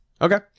Okay